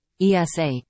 ESA